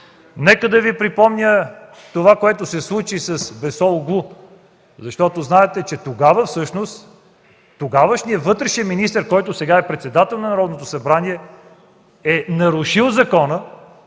Нека да Ви припомня това, което се случи с Бесооглу. Знаете, че всъщност тогавашният вътрешен министър, сега председател на Народното събрание, е нарушил закона.